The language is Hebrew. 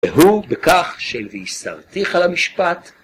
והוא בכך שלוי סרטיך על המשפט